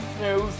news